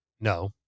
No